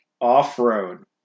off-road